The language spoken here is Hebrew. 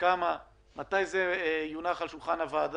בכמה מדובר, מתי זה יונח על שולחן הוועדה.